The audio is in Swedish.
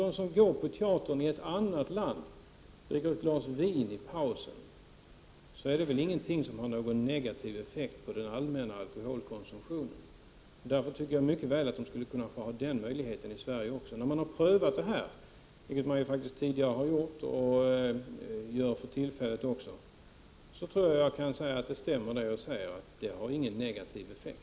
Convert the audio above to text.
De som går på teater i ett annat land kan dricka ett glas vin under pausen, och det har ingen negativ effekt på den allmänna alkoholkonsumtionen. Därför tycker jag att vi mycket väl kunde ha samma möjlighet i Sverige när man har prövat detta, vilket man faktiskt tidigare gjort och gör för tillfället. Jag tror inte att det har någon negativ effekt.